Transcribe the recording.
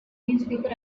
newspaper